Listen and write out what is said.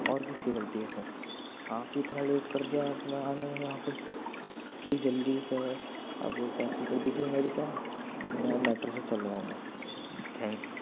اور کس کی غلطی ہے سر آپ ہی اتنا لیٹ کر دیا آپ نے آنے میں یہاں پہ پلیز جلدی سے اب کینسل کر دیجیے میری کیب میں اب میٹرو سے چل جاؤں گا تھینک یو